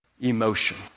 emotion